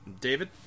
David